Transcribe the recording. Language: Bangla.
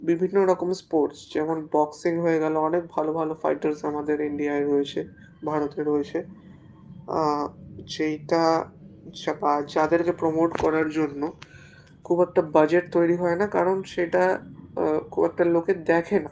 বিভিন্ন রকমের স্পোর্টস যেমন বক্সিং হয়ে গেল অনেক ভালো ভালো ফাইটার্স আমাদের ইন্ডিয়ায় রয়েছে ভারতে রয়েছে যেটা যা বা যাদেরকে প্রমোট করার জন্য খুব একটা বাজেট তৈরি হয় না কারণ সেটা খুব একটা লোকে দেখে না